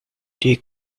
die